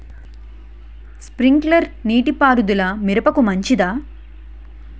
Sprinkler నీటిపారుదల మిరపకు మంచిదా?